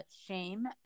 shame